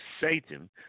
Satan